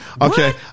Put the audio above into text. Okay